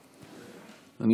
תודה.